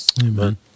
Amen